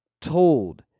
told